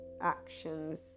actions